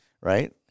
right